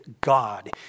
God